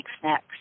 snacks